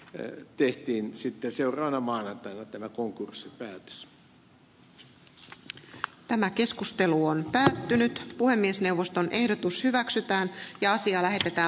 levy tehtiin sitten seurana mainetta puolustamaan ennen kuin tämä keskustelu on päättynyt puhemiesneuvoston ehdotus hyväksytään ja asia lähetetään